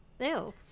Ew